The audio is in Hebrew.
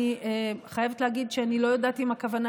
אני חייבת להגיד שאני לא יודעת אם הכוונה